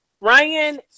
Ryan